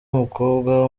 umukobwa